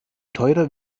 teurer